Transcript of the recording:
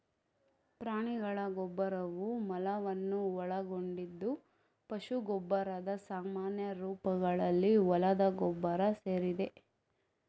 ಪ್ರಾಣಿಗಳ ಗೊಬ್ಬರವು ಮಲವನ್ನು ಒಳಗೊಂಡಿದ್ದು ಪಶು ಗೊಬ್ಬರದ ಸಾಮಾನ್ಯ ರೂಪಗಳಲ್ಲಿ ಹೊಲದ ಗೊಬ್ಬರ ಸೇರಿದೆ